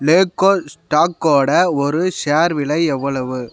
லேக்கோ ஸ்டாக்கோடய ஒரு ஷேர் விலை எவ்வளவு